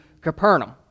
Capernaum